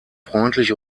freundlich